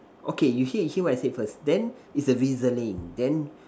okay you hear hear what I say first then it's a drizzling then